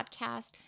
podcast